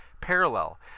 parallel